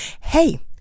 hey